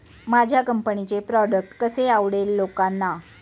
माझ्या कंपनीचे प्रॉडक्ट कसे आवडेल लोकांना?